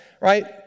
right